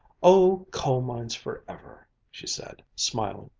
oh, coal-mines forever! she said, smiling,